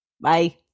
Bye